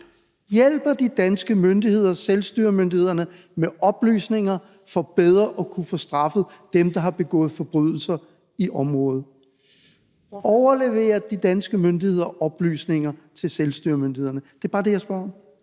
Hjælper de danske myndigheder selvstyremyndighederne med oplysninger for bedre at kunne få straffet dem, der har begået forbrydelser i området? Overleverer de danske myndigheder oplysninger til selvstyremyndighederne? Det er bare det, jeg spørger om.